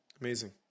Amazing